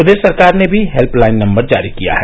प्रदेश सरकार ने भी हेल्पलाइन नम्बर जारी किया है